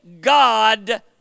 God